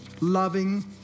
loving